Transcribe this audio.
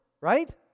right